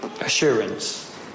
assurance